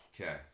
Okay